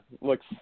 looks